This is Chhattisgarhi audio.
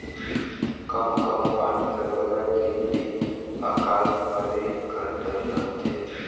कभों कभों पानी कर बगरा गिरे ले अकाल परे कर डर रहथे